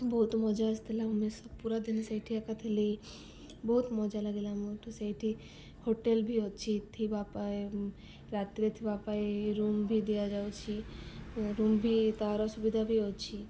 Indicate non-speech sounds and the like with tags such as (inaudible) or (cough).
ବହୁତ ମଜା ଆସିଥିଲା (unintelligible) ପୁରା ଦିନେ ସେଇଠି ଏକା ଥିଲି ବହୁତ ମଜା ଲାଗିଲା (unintelligible) ସେଇଠି ହୋଟେଲ ବି ଅଛି ଥିବା ରାତିରେ ଥିବା ପାଇଁ ରୁମ୍ ବି ଦିଆଯାଉଛି ରୁମ୍ ବି ତା'ର ସୁବିଧା ବି ଅଛି